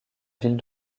ville